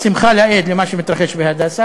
שמחה לאיד על מה שמתרחש ב"הדסה",